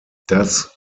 das